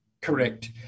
Correct